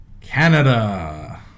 Canada